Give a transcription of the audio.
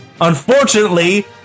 Unfortunately